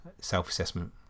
self-assessment